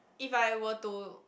if I were to